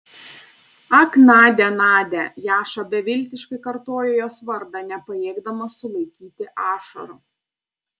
ak nadia nadia jaša beviltiškai kartojo jos vardą nepajėgdamas sulaikyti ašarų